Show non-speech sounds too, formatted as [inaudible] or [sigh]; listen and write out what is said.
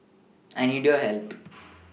I need your help [noise]